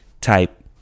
type